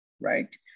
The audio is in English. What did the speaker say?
right